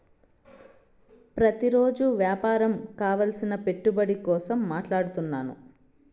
ప్రతిరోజు వ్యాపారం కావలసిన పెట్టుబడి కోసం మాట్లాడుతున్నాను